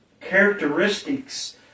characteristics